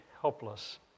helpless